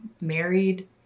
married